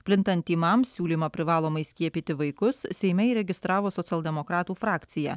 plintant tymams siūlymą privalomai skiepyti vaikus seime įregistravo socialdemokratų frakcija